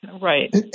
Right